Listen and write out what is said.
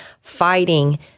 fighting